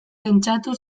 pentsatu